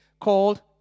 called